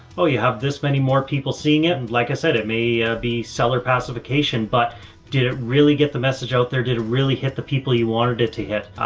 oh you have this many more people seeing it. and like i said, it may be seller pacification but did it really get the message out there? did it really hit the people you wanted it to hit?